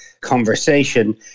conversation